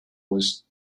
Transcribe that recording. was